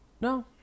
No